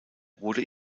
wurde